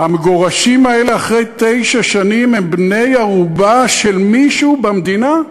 המגורשים האלה אחרי תשע שנים הם בני-ערובה של מישהו במדינה,